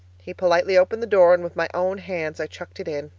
he politely opened the door, and with my own hands i chucked it in.